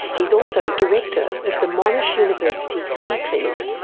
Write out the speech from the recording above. he's also director of the monash university fear clinic.